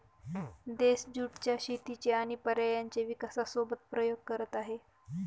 देश ज्युट च्या शेतीचे आणि पर्यायांचे विकासासोबत प्रयोग करत आहे